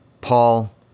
Paul